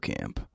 Camp